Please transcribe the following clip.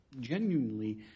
genuinely